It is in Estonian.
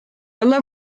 olla